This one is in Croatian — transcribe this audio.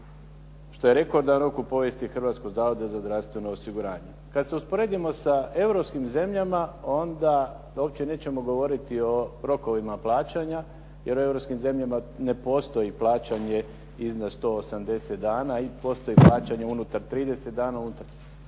što je rekordan rok u povijesti Hrvatskog zavoda za zdravstveno osiguranje. Kad se usporedimo sa europskim zemljama onda uopće nećemo govoriti o rokovima plaćanja jer u europskim zemljama ne postoji plaćanje iznad 180 dana i postoji plaćanje unutar 30 dana, unutar 60 dana.